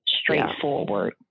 straightforward